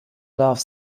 love